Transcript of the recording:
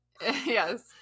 Yes